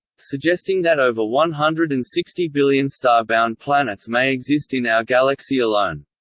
suggesting that over one hundred and sixty billion star-bound planets may exist in our galaxy alone.